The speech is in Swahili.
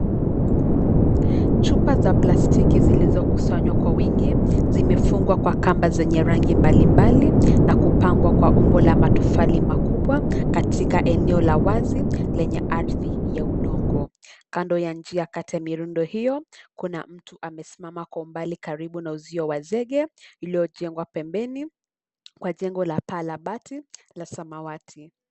Chupa za plastiki zilizokusanywa kwa wingi. Zimefungwa kwa kamba zenye rangi mbalimbali na kupangwa kwa umbo la matofari makubwa, katika eneo la wazi lenye ardhi ya udongo. Kando ya njia kati ya mirundo hiyo, kuna mtu amesimama kwa umbali karibu na uzio wa zege iliyojengwa pembeni kwa jengo la paa la bati la samawati.